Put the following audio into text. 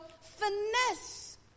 finesse